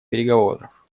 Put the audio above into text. переговоров